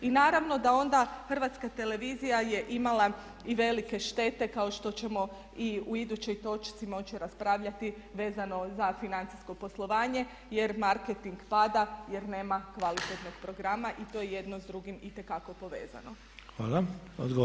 I naravno da onda Hrvatska televizija je imala i velike štete kao što ćemo i u idućoj točci moći raspravljati vezano za financijsko poslovanje jer marketing pada jer nema kvalitetnog programa i to je jedno s drugim itekako povezano.